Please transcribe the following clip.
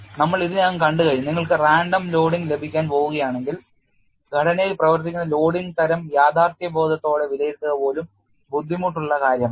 നമ്മൾ ഇതിനകം കണ്ടുകഴിഞ്ഞു നിങ്ങൾക്ക് random ലോഡിംഗ് ലഭിക്കാൻ പോകുകയാണെങ്കിൽ ഘടനയിൽ പ്രവർത്തിക്കുന്ന ലോഡിംഗ് തരം യാഥാർത്ഥ്യബോധത്തോടെ വിലയിരുത്തുക പോലും ബുദ്ധിമുട്ടുള്ള കാര്യമാണ്